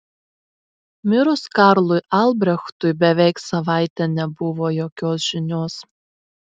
mirus karlui albrechtui beveik savaitę nebuvo jokios žinios